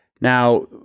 Now